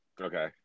Okay